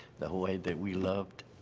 the hawai'i that we loved.